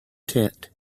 tent